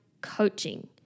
coaching